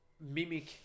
mimic